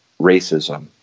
racism